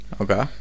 Okay